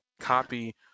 copy